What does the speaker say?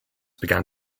began